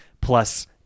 plus